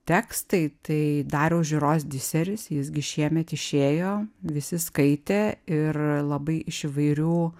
tekstai tai dariaus žiūros diseris jis gi šiemet išėjo visi skaitė ir labai iš įvairių